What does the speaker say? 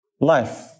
Life